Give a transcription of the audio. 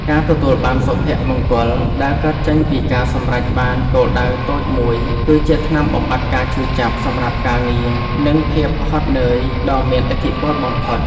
ការទទួលបានសុភមង្គលដែលកើតចេញពីការសម្រេចបានគោលដៅតូចមួយគឺជាថ្នាំបំបាត់ការឈឺចាប់សម្រាប់ការងារនិងភាពហត់នឿយដ៏មានឥទ្ធិពលបំផុត។